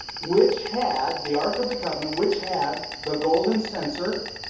which had the ark of the covenant, which had the golden censer,